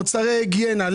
מוצרי היגיינה,